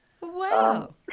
Wow